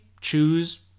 choose